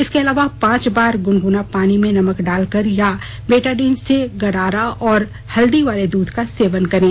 इसके अलावा पांच बार गुनगुना पानी में नमक डालकर या बेटाडीन से गरारा और हल्दी वाले दूध का सेवन करें